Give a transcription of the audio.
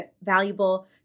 valuable